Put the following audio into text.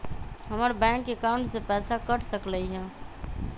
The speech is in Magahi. हमर बैंक अकाउंट से पैसा कट सकलइ ह?